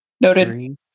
Noted